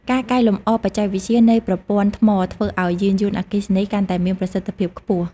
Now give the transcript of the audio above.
ការកែលម្អបច្ចេកវិទ្យានៃប្រព័ន្ធថ្មធ្វើឲ្យយានយន្តអគ្គីសនីកាន់តែ មានប្រសិទ្ធភាពខ្ពស់។